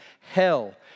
hell